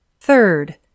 Third